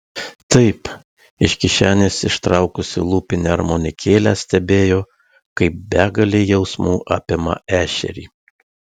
taip iš kišenės ištraukusi lūpinę armonikėlę stebėjo kaip begalė jausmų apima ešerį